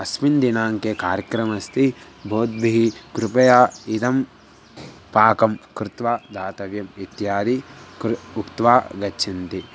अस्मिन् दिनाङ्के कार्यक्रमः अस्ति भवद्बिः कृपया इदं पाकं कृत्वा दातव्यम् इत्यादि कृत्वा उक्त्वा गच्छन्ति